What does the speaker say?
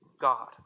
God